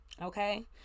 Okay